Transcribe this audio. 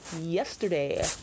yesterday